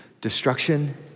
destruction